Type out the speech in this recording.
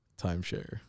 Timeshare